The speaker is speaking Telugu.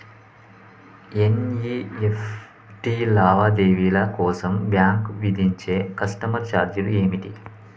ఎన్.ఇ.ఎఫ్.టి లావాదేవీల కోసం బ్యాంక్ విధించే కస్టమర్ ఛార్జీలు ఏమిటి?